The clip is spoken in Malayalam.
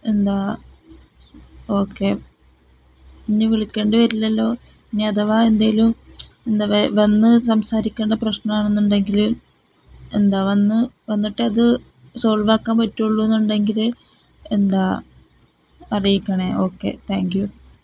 എന്താണ് ഓക്കെ ഇനി വിളിക്കേണ്ടി വരില്ലല്ലോ ഇനി അഥവാ എന്തേലും എന്താണ് വന്നുസംസാരിക്കണ്ട പ്രശ്നമാണെന്നുണ്ടെങ്കില് എന്താണ് വന്ന് വന്നിട്ട് അത് സോൾവാക്കാൻ പറ്റുള്ളൂ എന്നുണ്ടെങ്കില് എന്താണ് അറിയിക്കണേ ഓക്കെ താങ്ക്യൂ